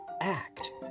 act